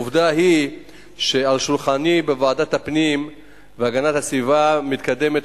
עובדה היא שעל שולחני בוועדת הפנים והגנת הסביבה מקודמת